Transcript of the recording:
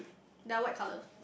they are white colour